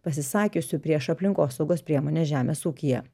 pasisakiusių prieš aplinkosaugos priemones žemės ūkyje